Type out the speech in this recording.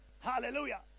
hallelujah